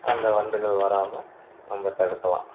அந்த வண்டுகள் வராமல் நம்ம தடுக்கலாம்